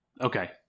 Okay